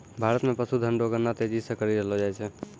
भारत मे पशुधन रो गणना तेजी से करी रहलो जाय छै